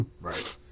right